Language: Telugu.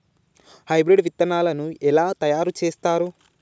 హైబ్రిడ్ విత్తనాలను ఎలా తయారు చేస్తారు?